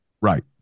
Right